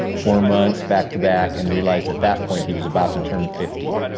four months, back to back and realized at that point he was about to turn fifty.